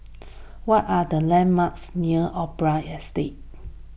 what are the landmarks near Opera Estate